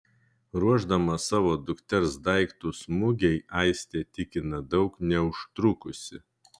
ruošdama savo dukters daiktus mugei aistė tikina daug neužtrukusi